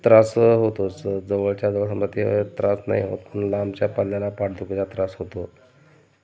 त्रास होतोच जवळच्या जवळ समजा ते त्रास नाही होत पण लांबच्या पल्ल्याला पाठदुखीचा त्रास होतो